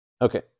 Okay